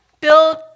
build